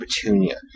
Petunia